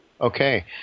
Okay